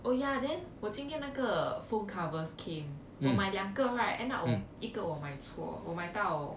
oh ya then 我今天那个 phone covers came 我买两个 right end up 我一个我买错我买到